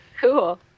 Cool